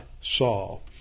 Saul